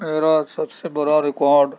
میرا سب سے برا ریکارڈ